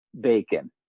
Bacon